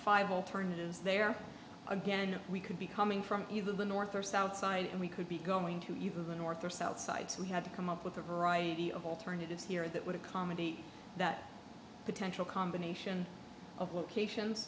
five alternatives there again we could be coming from either the north or south side and we could be going to even the north or south side so we had to come up with a variety of alternatives here that would accommodate that potential combination of locations